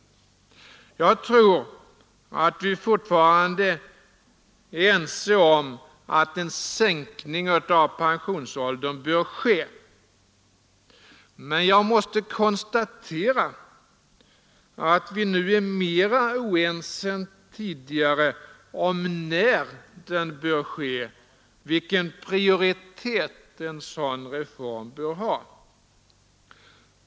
Jag tror att vi fortfarande är överens om att en sänkning av pensionsåldern bör ske. Men jag måste konstatera att vi nu är mera oense än tidigare om när den bör ske, vilken prioritet en sådan reform bör ha.